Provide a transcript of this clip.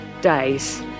days